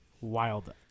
Wild